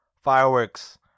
fireworks